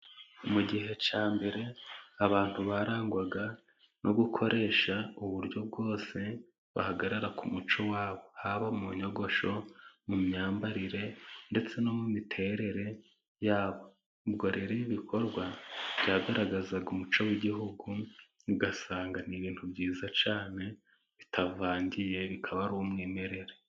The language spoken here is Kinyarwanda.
Mu gihe cya mbere abantu barangwaga no gukoresha uburyo bwose bahagarara ku muco wabo, haba mu nyogosho, mu myambarire ndetse no mu miterere yabo, ubwo rero ibi bikorwa byagaragazaga umuco w'igihugu ugasanga ni ibintu byiza cyane bitavangiye bikaba ari umwimerere.